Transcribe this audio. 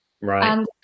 Right